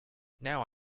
now